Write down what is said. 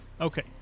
Okay